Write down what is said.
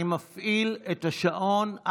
אני מפעיל את השעון.